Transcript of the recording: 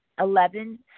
Eleven